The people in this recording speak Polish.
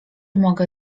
mogę